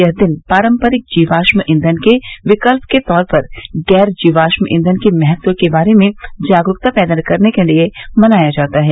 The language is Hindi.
यह दिन पारम्परिक जीवाश्म ईंधन के विकल्प के तौर पर गैर जीवाश्म ईंधन के महत्व के बारे में जागरूकता पैदा करने के लिए मनाया जाता है